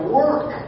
work